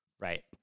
Right